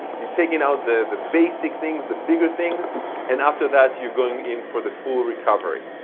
you're taking out the basic things, the bigger things and after that you're going in for the full recovery.